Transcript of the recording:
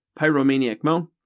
PyromaniacMo